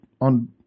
on